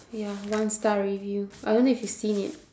ya one-star review I don't know if you've seen it